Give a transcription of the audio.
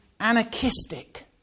anarchistic